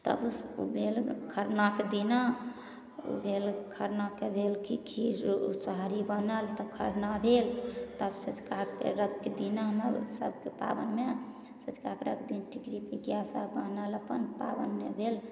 तब ओ भेल खरनाके दिना ओ भेल खरनाके भेल कि खीर सोहारी बनल तब खरना भेल तब सँझुका अरघके दिनामे सभके पाबनिमे सँझुका अरघ दिन टिकुड़ी पिरुकिआसब बनल अपन पाबनि भेल